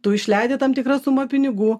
tu išleidi tam tikrą sumą pinigų